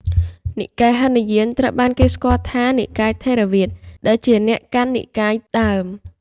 និកាយហីនយាន ឬត្រូវបានគេស្គាល់ថា និកាយថេរវាទ (ដែលជាអ្នកកាន់និកាយដើម)។